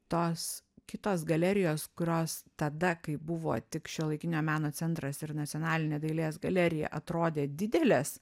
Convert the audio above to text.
tos kitos galerijos kurios tada kai buvo tik šiuolaikinio meno centras ir nacionalinė dailės galerija atrodė didelės